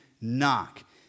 knock